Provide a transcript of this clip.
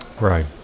right